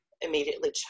immediately